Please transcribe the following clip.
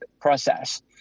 process